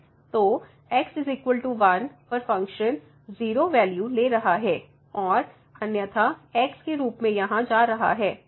तो x 1 पर function 0 value ले रहा है और अन्यथा x के रूप में यहाँ जा रहा है